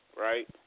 Right